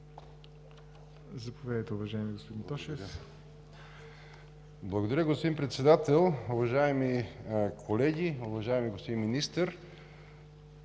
Благодаря Ви, госпожо Председател. Уважаеми колеги, уважаеми господин Министър!